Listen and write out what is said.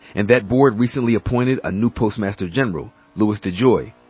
and that board recently appointed a new postmaster general, louis dejoy,